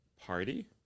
party